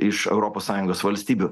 iš europos sąjungos valstybių